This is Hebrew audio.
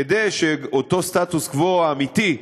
כדי שאותו סטטוס-קוו אמיתי,